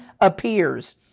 appears